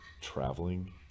traveling